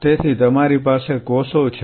તેથી તમારી પાસે કોષો છે